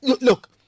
Look